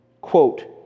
Quote